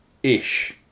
Ish